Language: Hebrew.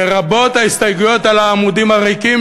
לרבות ההסתייגויות על העמודים הריקים,